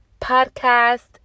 podcast